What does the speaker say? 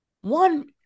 one